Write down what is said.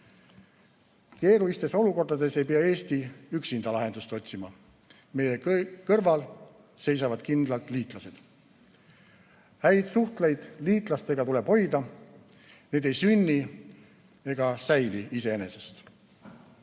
Keerulistes olukordades ei pea Eesti üksinda lahendust otsima, meie kõrval seisavad kindlalt liitlased. Häid suhteid liitlastega tuleb hoida, need ei sünni ega säili iseenesest.